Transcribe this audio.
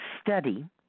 study